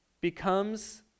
becomes